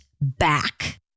back